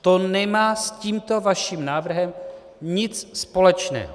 To nemá s tímto vaším návrhem nic společného.